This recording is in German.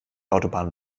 autobahn